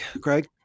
Craig